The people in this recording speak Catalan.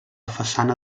façana